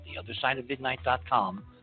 theothersideofmidnight.com